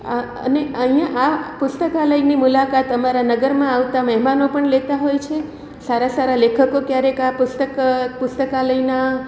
આ અને અહીંયાં આ પુસ્તકાલયની મુલાકાત અમારા નગરમાં આવતા મહેમાનો પણ લેતા હોય છે સારા સારા લેખકો ક્યારેક આ પુસ્તક પુસ્તકાલયના